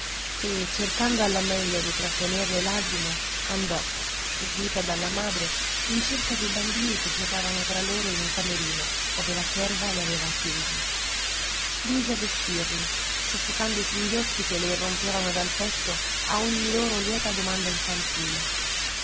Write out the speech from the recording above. e cercando alla meglio di trattener le lagrime andò seguita dalla madre in cerca dei bambini che giocavano tra loro in un camerino ove la serva li aveva chiusi si mise a vestirli soffocando i singhiozzi che le irrompevano dal petto a ogni loro lieta domanda infantile